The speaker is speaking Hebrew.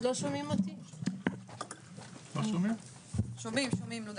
אנחנו בביטוח לאומי עושים את מרב